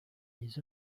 les